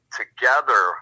together